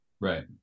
Right